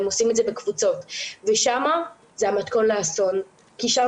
הם עושים את זה בקבוצות ושם זה המתכון לאסון כי שם